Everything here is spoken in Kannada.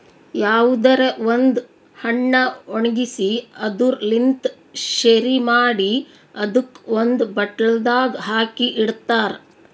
ಯಾವುದರೆ ಒಂದ್ ಹಣ್ಣ ಒಣ್ಗಿಸಿ ಅದುರ್ ಲಿಂತ್ ಶೆರಿ ಮಾಡಿ ಅದುಕ್ ಒಂದ್ ಬಾಟಲ್ದಾಗ್ ಹಾಕಿ ಇಡ್ತಾರ್